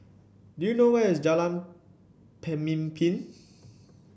do you know where is Jalan Pemimpin